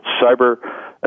Cyber